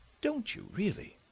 don't you, really?